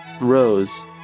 Rose